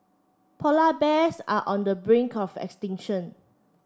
polar bears are on the brink of extinction